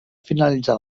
finalitzar